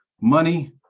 money